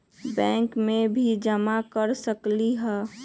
Bank में भी जमा कर सकलीहल?